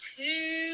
two